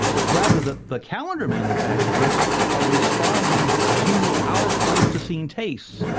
it's rather that the calendar manufacturers are responding to our pleistocene tastes,